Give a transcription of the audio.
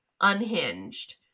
unhinged